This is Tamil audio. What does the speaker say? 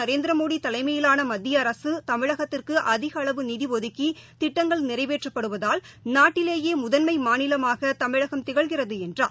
நரேந்திரமோடிதலைமையிலானமத்தியஅரசுதமிழகத்திற்குஅதிகளவு நிதிஒதுக்கிதிட்டங்கள் நிறைவேற்றப்படுவதால் நாட்டிலேயேமுதன்மமாநிலமாகதமிழகம் திகழ்கிறதுஎன்றார்